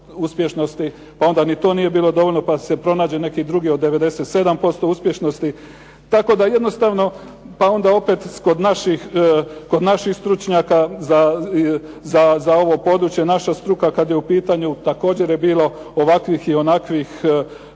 pa onda ni to nije bilo dovoljno pa se pronađe neki drugi od 97% uspješnosti, tako da jednostavno, pa onda opet kod naših stručnjaka za ovo područje, naša struka kad je u pitanju također je bilo ovakvih i onakvih